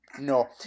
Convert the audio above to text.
No